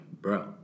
bro